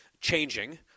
changing –